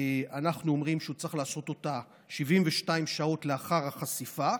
אנחנו אומרים שהוא צריך לעשות אותה 72 שעות לאחר החשיפה,